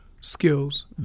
skills